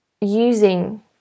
using